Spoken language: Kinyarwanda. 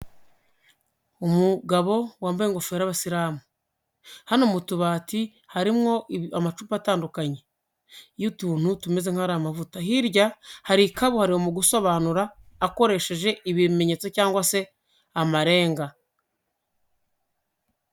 Umugabo wambaye ingofero y'abasilamu, hano mu tubati harimo amacupa atandukanye y'utuntu tumeze nk'aho ari amavuta, hirya hari kabuhariwe mu gusobanura akoresheje ibimenyetso cyangwa se amarenga.